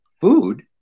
food